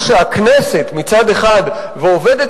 מקווה,